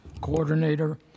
Coordinator